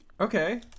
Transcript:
okay